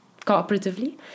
cooperatively